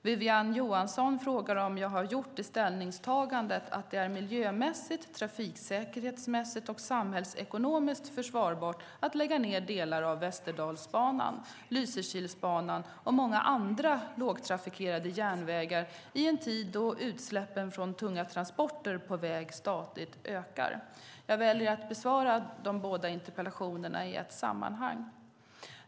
Wiwi-Anne Johansson frågar om jag har gjort ställningstagandet att det är miljömässigt, trafiksäkerhetsmässigt och samhällsekonomiskt försvarbart att lägga ned delar av Västerdalsbanan, Lysekilsbanan och många andra lågtrafikerade järnvägar i en tid då utsläppen från tunga transporter på väg stadigt ökar. Jag väljer att besvara båda interpellationerna i ett sammanhang.